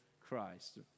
Christ